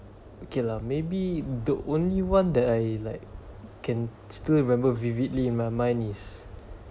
okay lah maybe the only one that I like can still remember vividly in my mind is